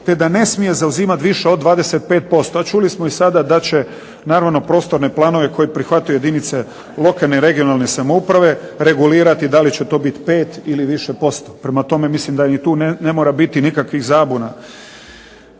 te da ne smije zauzimat više od 25%. Čuli smo i sada da će naravno prostorne planove koje prihvate jedinice lokalne i regionalne samouprave regulirati da li će to biti 5 ili više posto. Prema tome, mislim da ni tu ne mora biti nikakvih zabuna.